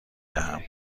دهم